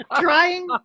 trying